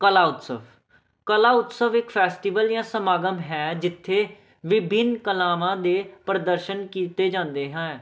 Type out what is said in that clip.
ਕਲਾ ਉਤਸਵ ਕਲਾ ਉਤਸਵ ਇੱਕ ਫੈਸਟੀਵਲ ਜਾਂ ਸਮਾਗਮ ਹੈ ਜਿੱਥੇ ਵੀਭਿੰਨ ਕਲਾਵਾਂ ਦੇ ਪ੍ਰਦਰਸ਼ਨ ਕੀਤੇ ਜਾਂਦੇ ਹੈ